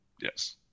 Yes